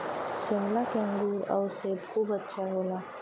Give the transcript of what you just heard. शिमला के अंगूर आउर सेब खूब अच्छा होला